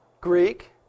Greek